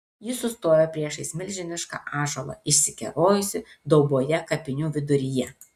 ji sustojo priešais milžinišką ąžuolą išsikerojusį dauboje kapinių viduryje